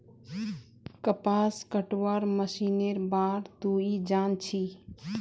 कपास कटवार मशीनेर बार तुई जान छि